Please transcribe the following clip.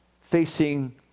facing